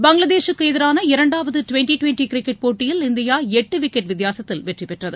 பங்களாதேக்கு எதிரான இரண்டாவது twenty twenty cricket போட்டியில் இந்தியா எட்டு விக்கெட் வித்தியாசத்தில் வெற்றி பெற்றது